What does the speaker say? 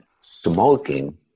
Smoking